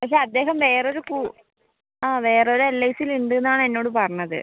പക്ഷെ അദ്ദേഹം വേറെയൊരു കു ആ വേറെയൊരു എല് ഐ സിയിൽ ഉണ്ടെന്നാണ് എന്നോട് പറഞ്ഞത്